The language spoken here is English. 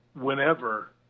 whenever